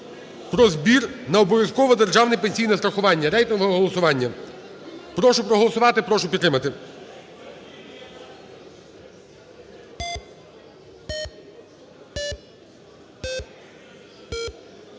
"Про збір на обов'язкове державне пенсійне страхування". Рейтингове голосування. Прошу проголосувати, прошу підтримати.